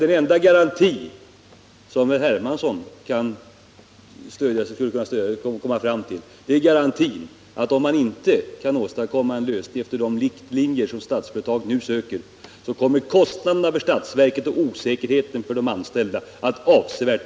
Den enda garanti som herr Hermansson skulle kunna uppnå om man inte kan åstadkomma en lösning efter de riktlinjer Statsföretag nu försöker dra upp —- är garantin att kostnaderna för statsmakterna och osäkerheten för de anställda kommer att öka avsevärt.